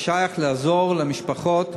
זה שייך לעזרה למשפחות.